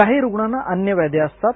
काही रुग्णांना अन्य व्याधी असतात